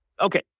okay